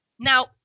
Now